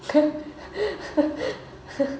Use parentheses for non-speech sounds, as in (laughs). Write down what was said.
(laughs)